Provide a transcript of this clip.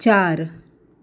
चार